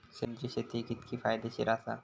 सेंद्रिय शेती कितकी फायदेशीर आसा?